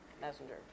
messenger